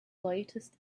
latest